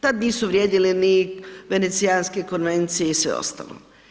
Tad nisu vrijedile ni venecijanske konvencije i sve ostalo.